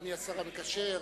אדוני השר המקשר,